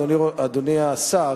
אדוני השר,